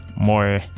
more